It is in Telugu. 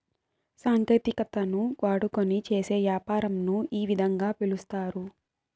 సాంకేతికతను వాడుకొని చేసే యాపారంను ఈ విధంగా పిలుస్తారు